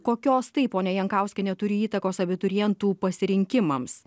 kokios tai ponia jankauskiene turi įtakos abiturientų pasirinkimams